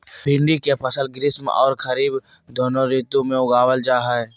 भिंडी के फसल ग्रीष्म आर खरीफ दोनों ऋतु में उगावल जा हई